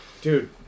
Dude